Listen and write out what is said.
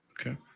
Okay